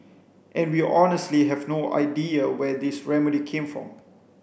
and we honestly have no idea where this remedy came for